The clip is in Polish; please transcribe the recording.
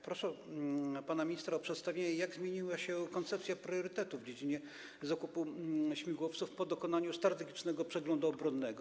Proszę pana ministra o przedstawienie, jak zmieniła się koncepcja priorytetów w dziedzinie zakupu śmigłowców po dokonaniu Strategicznego Przeglądu Obronnego.